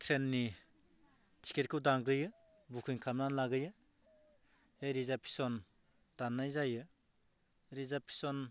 ट्रेननि टिकेटखौ दानग्रोयो बुकिं खालामना लाग्रोयो रिजार्पसन दान्नाय जायो रिजापसन